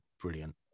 brilliant